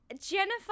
jennifer